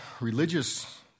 religious